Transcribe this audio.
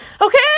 Okay